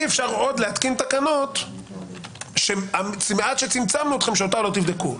אי-אפשר עוד להתקין תקנות שגם את המעט שצמצמנו שאותו לא תבדקו.